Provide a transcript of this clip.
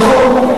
נכון.